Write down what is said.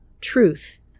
truth